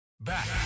Back